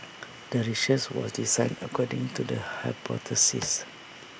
the research was designed according to the hypothesis